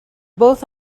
both